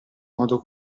modo